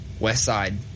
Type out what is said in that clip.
Westside